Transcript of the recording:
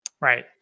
Right